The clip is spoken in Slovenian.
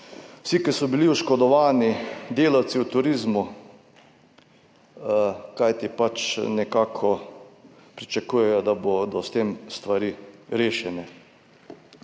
Vsi, ki so bili oškodovani, delavci v turizmu, pač nekako pričakujejo, da bodo s tem stvari rešene.